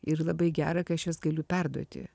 ir labai gera kai aš jas galiu perduoti